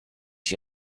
she